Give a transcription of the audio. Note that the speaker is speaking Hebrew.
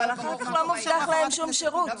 אבל אחר כך לא מובטח להם שום שירות,